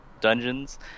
dungeons